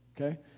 Okay